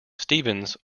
stevens